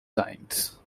kinds